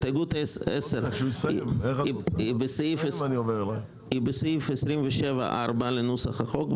הסתייגות 10 היא בסעיף 27 (4) לנוסח החוק,